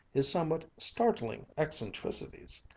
his somewhat startling eccentricities,